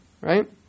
right